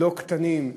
לא קטנים,